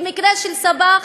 במקרה של סבאח,